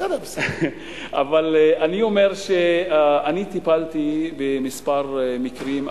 אבל אני אומר שאני טיפלתי בכמה מקרים,